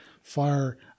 fire